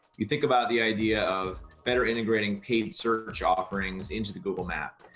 you think about the idea of better integrating paid search offerings into the google map.